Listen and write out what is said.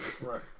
Right